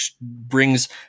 brings